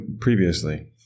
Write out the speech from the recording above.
previously